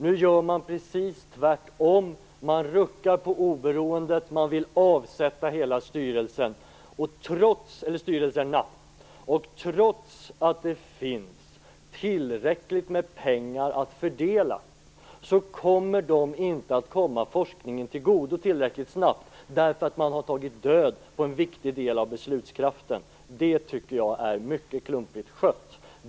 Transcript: Nu gör man precis tvärtom - man ruckar på oberoendet och vill avsätta hela styrelserna. Trots att det finns tillräckligt med pengar att fördela kommer de inte att komma forskningen till godo tillräckligt snabbt därför att man har tagit död på en viktig del av beslutskraften. Jag tycker att detta är mycket klumpigt skött.